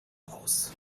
aus